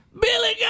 Billy